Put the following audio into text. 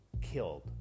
killed